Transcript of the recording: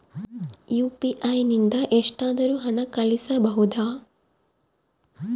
UPI ನಿಂದ ಎಷ್ಟಾದರೂ ಹಣ ಕಳಿಸಬಹುದಾ?